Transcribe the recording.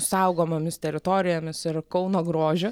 saugomomis teritorijomis ir kauno grožiu